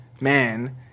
man